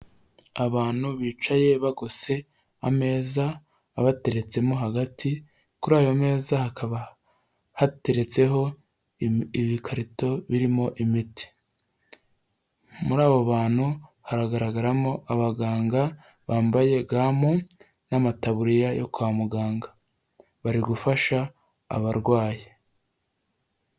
Abantu bicaye bagose ameza abateretsemo hagati, kuri ayo meza hakaba hateretseho ibikarito birimo imiti, muri abo bantu haragaragaramo abaganga bambaye gamu n'amataburiya yo kwa muganga, bari gufasha abarwayi.